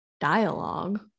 dialogue